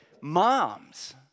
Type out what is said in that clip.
moms